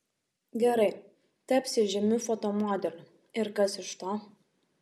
gerai taps ji žymiu fotomodeliu ir kas iš to